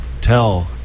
tell